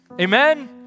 Amen